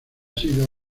sido